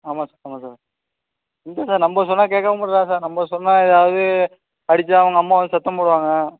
ஆமாம் ஆமாம் சார் அனுப்பிவிட்றேன் எங்கே சார் நம்ம சொன்னால் கேட்கவே மாட்றான் சார் நம்ம சொன்னால் எதாவது அடித்தா அவங்க அம்மா வந்து சத்தம் போடுவாங்க